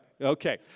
Okay